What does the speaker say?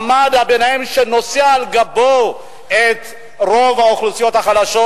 מעמד הביניים שנושא על גבו את רוב האוכלוסיות החלשות,